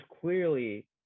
clearly